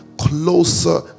closer